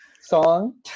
song